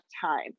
time